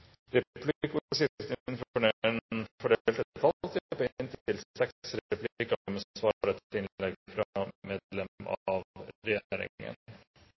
på inntil seks replikker med svar etter innlegg fra medlem av